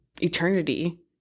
eternity